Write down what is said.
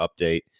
update